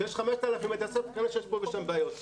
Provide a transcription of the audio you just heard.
כשיש 5,000 בתי ספר יש פה ושם בעיות,